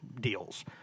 deals